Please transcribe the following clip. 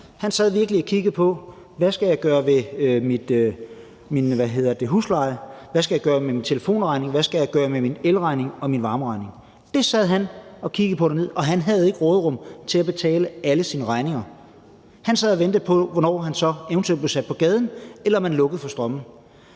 gøre ved min telefonregning, hvad skal jeg gøre ved min elregning og min varmeregning? Det sad han dernede og kiggede på, og han havde ikke råderum til at betale alle sine regninger. Han sad og ventede på, hvornår han så eventuelt blev sat på gaden, eller hvornår man lukkede for strømmen.